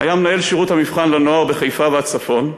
היה מנהל שירות המבחן לנוער בחיפה והצפון,